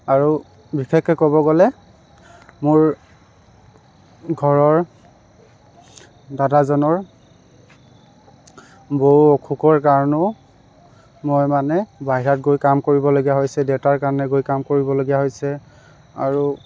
আৰু বিশেষকৈ ক'ব গ'লে মোৰ ঘৰৰ দাদাজনৰ বৌৰ অসুখৰ কাৰণেও মই মানে বাহিৰত গৈ কাম কৰিবলগীয়া হৈছে দেউতাৰ কাৰণে গৈ কাম কৰিবলগীয়া হৈছে আৰু